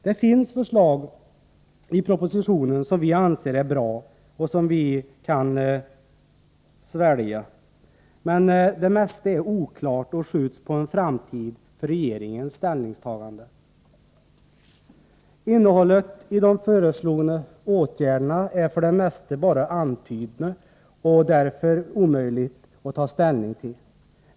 Det finns förslag i propositionen som vi anser är bra och som vi kan svälja. Det mesta är emellertid oklart och skjuts på framtiden för regeringens ställningstagande. Innehållet i de föreslagna åtgärderna är för det mesta bara antytt och därför omöjligt att ta ställning till.